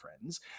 friends